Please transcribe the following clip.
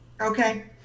Okay